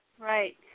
Right